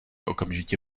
okamžitě